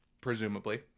presumably